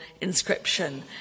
inscription